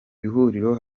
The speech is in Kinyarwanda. ihuriro